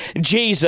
Jesus